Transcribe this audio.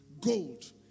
gold